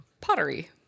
pottery